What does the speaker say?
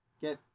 Get